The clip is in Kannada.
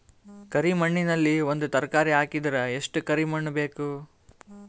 ಕರಿ ಮಣ್ಣಿನಲ್ಲಿ ಒಂದ ತರಕಾರಿ ಹಾಕಿದರ ಎಷ್ಟ ಕರಿ ಮಣ್ಣು ಬೇಕು?